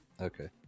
Okay